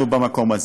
אנחנו במקום הזה.